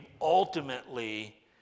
ultimately